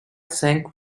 sank